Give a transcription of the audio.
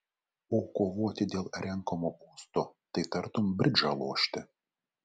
o kovoti dėl renkamo posto tai tartum bridžą lošti